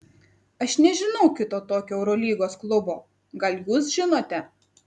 aš nežinau kito tokio eurolygos klubo gal jūs žinote